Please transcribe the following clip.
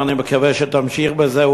ואני מקווה שתמשיך בזה,